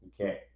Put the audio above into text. Okay